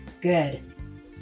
good